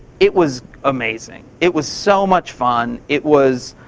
it was amazing. it was so much fun. it was.